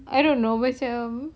I don't know macam